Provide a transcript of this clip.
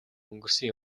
өнгөрсөн